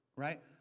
right